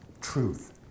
truth